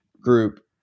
group